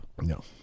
No